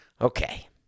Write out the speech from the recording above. Okay